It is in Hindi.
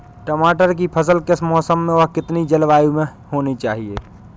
टमाटर की फसल किस मौसम व कितनी जलवायु में होनी चाहिए?